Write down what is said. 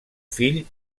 fill